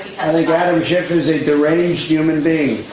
and yeah and yeah is a deranged human being.